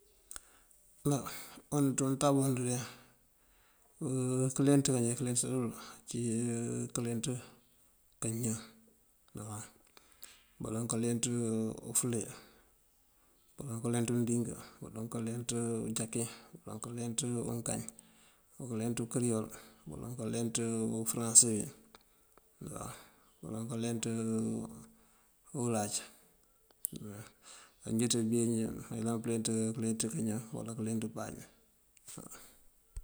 Á wund ţun untab und de, këleenţ ngëje kaleenţa ţul ací kaleenţ kañaan: baloŋ kaleenţ ufule, baloŋ kaleenţ ţul undingá, baloŋ kaleenţ ujakin, baloŋ kaleenţ unkañ, baloŋ kaleenţ ukiriol, baloŋ kaleenţ ufëranse waw, baloŋ kaleenţ uláaţ. Njí ţí been njí mayëlan këleenţ ngëleenţ kañan uwala páaj waw.